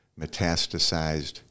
metastasized